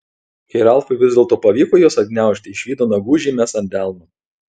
kai ralfui vis dėlto pavyko juos atgniaužti išvydo nagų žymes ant delno